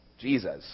Jesus